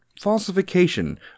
falsification